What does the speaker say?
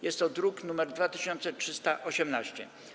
Jest to druk nr 2318.